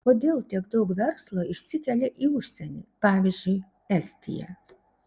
kodėl tiek daug verslo išsikelia į užsienį pavyzdžiui estiją